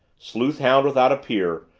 sleuthhound without a peer,